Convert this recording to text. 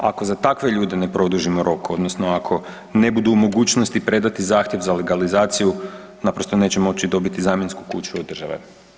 Ako za takve ljude ne produžimo rok odnosno ako ne budu u mogućnosti predati zahtjev za legalizaciju, naprosto neće moći dobiti zamjensku kuću od države.